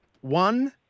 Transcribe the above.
One